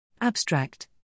Abstract